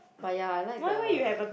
but ya I like the